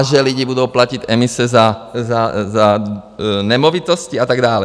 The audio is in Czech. Že lidi budou platit emise za nemovitosti a tak dále.